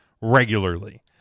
regularly